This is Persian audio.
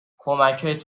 کمکت